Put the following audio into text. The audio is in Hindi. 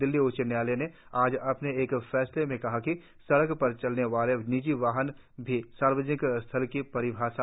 दिल्ली उच्च न्यायालय ने आज अपने एक फैसले में कहा कि सडक पर चलने वाले निजी वाहन भी सार्वजनिक स्थल की परिभाषा में आते हैं